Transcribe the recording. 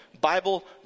Bible